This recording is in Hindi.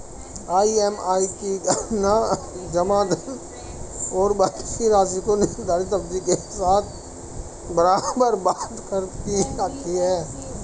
ई.एम.आई की गणना जमा धन और बची राशि को निर्धारित अवधि के साथ बराबर बाँट कर की जाती है